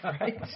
right